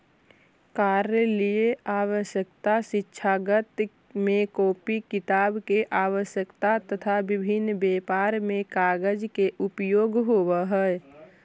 कार्यालयीय आवश्यकता, शिक्षाजगत में कॉपी किताब के आवश्यकता, तथा विभिन्न व्यापार में कागज के प्रयोग होवऽ हई